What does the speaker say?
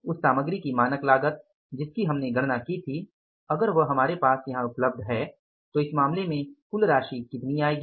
उस सामग्री की मानक लागत जिसकी हमने गणना की थी अगर वह हमारे पास यहां उपलब्ध है तो इस मामले में कुल राशि कितनी आएगी